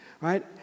Right